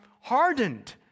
hardened